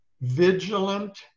vigilant